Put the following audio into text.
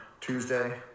Tuesday